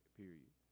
period